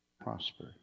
prosper